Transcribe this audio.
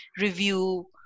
review